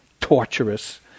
torturous